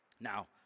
Now